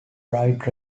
bright